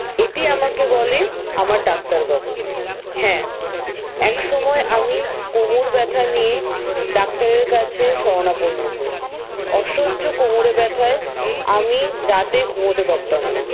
এটি আমাকে বলে আমার ডাক্তারবাবু হ্যাঁ এক সময় আমি কোমর ব্যাথা নিয়ে ডাক্তারের কাছে শরণাপন্ন হই অসহ্য কোমরে ব্যাথায় আমি রাতে ঘুমোতে পারতাম না